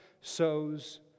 sows